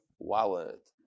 wallet